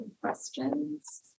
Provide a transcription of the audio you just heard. questions